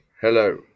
hello